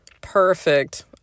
perfect